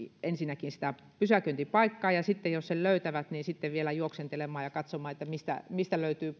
sitä pysäköintipaikkaa ja sitten jos sen löytävät vielä juoksentelemaan ja katsomaan mistä mistä löytyy